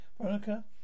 Veronica